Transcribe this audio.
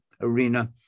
arena